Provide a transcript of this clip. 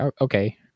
Okay